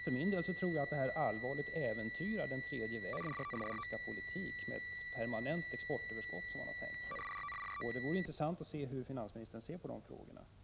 För min del tror jag att detta allvarligt äventyrar den tredje vägens ekonomiska politik — med ett permanent exportöverskott som man har tänkt sig. Det vore intressant att få veta hur finansministern ser på frågorna.